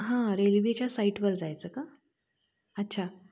हां रेल्वेच्या साईटवर जायचं का अच्छा